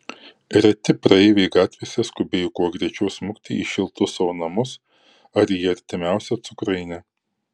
reti praeiviai gatvėse skubėjo kuo greičiau smukti į šiltus savo namus ar į artimiausią cukrainę